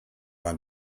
man